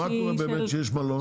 מה קורה כשמדובר גם במלון?